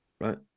right